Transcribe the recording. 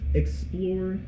explore